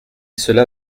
cela